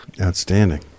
Outstanding